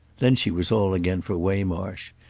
then she was all again for waymarsh.